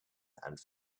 and